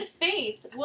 Faith